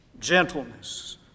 gentleness